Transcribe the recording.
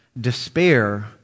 despair